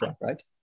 right